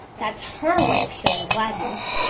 that's her way of showing gladness.